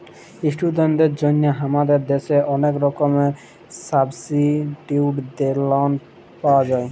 ইশটুডেন্টদের জন্হে হামাদের দ্যাশে ওলেক রকমের সাবসিডাইসদ লন পাওয়া যায়